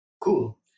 Cool